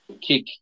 kick